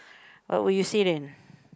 what will you say then